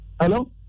Hello